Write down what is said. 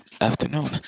afternoon